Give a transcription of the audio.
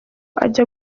ajya